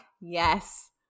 yes